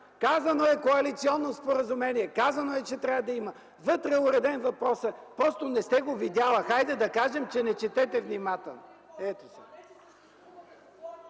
Казано е: „коалиционно споразумение”, казано е, че трябва да има. Вътре е уреден въпросът, просто не сте го видяла. Хайде да кажем, че не четете внимателно. ИСКРА